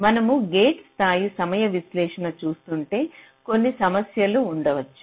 మనము గేట్ స్థాయి సమయ విశ్లేషణ చేస్తుంటే కొన్ని సమస్యలు ఉండవచ్చు